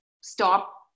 stop